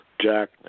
Jack